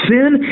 Sin